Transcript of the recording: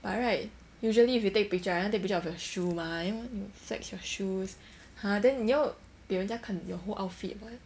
by right usually if you take picture you wanna take picture of your shoe mah then wanna flex your shoes !huh! then 你要给人家看你的 whole outfit [what]